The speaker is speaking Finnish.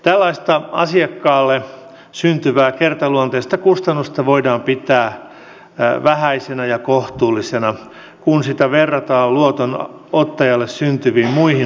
tällaista asiakkaalle syntyvää kertaluonteista kustannusta voidaan pitää vähäisenä ja kohtuullisena kun sitä verrataan luotonottajalle syntyviin muihin luottokustannuksiin